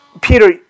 Peter